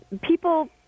people